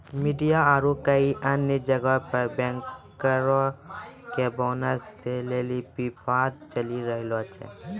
media आरु कई अन्य जगहो पे बैंकरो के बोनस दै लेली विवाद चलि रहलो छै